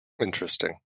Interesting